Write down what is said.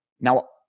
Now